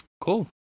Cool